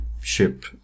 ship